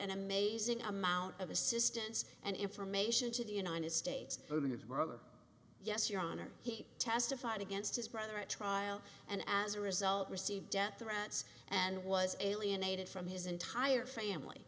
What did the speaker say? an amazing amount of assistance and information to the united states yes your honor he testified against his brother at trial and as a result received death threats and was alienated from his entire family